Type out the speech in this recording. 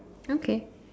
okay